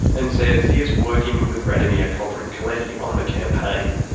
and says he's working with radomir kobryn-coletti on the campaign.